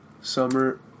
Summer